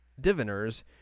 diviners